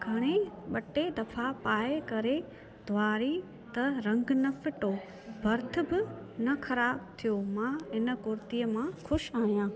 घणे ॿ टे दफ़ा पाए करे धोआरे त रंग न फिटो भर्थ बि न ख़राबु थियो मां हिन कुर्तीअ मां ख़ुशि आहियां